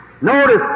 Notice